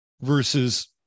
versus